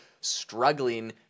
struggling